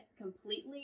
completely